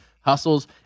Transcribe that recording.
hustles